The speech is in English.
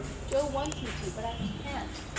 joe wants me to but i can't.